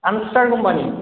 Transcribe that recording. Armstar company